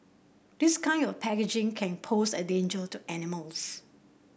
this kind of packaging can pose a danger to animals